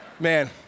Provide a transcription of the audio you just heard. Man